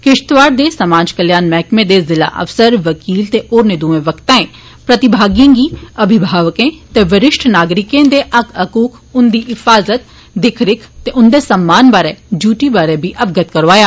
किश्तवाड़ दे समाज कल्याण मैहकमें दे जिला अफसर वकीलें ते होरनें दुए वक्ताए प्रतिभागिएं गी अभिभावकें ते वरिष्ठ नागरिकें दे इक्क हकूक उन्दी हिफाजत दिक्ख रिक्ख उन्दे सम्मान बारै डियूटी बारै बी अवगत करोआया